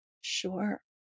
Sure